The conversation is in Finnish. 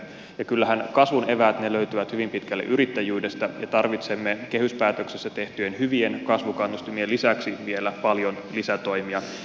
ja kyllähän kasvun eväät löytyvät hyvin pitkälle yrittäjyydestä ja tarvitsemme kehyspäätöksessä tehtyjen hyvin kasvukannustimien lisäksi vielä paljon lisätoimia